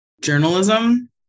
journalism